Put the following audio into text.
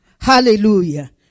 Hallelujah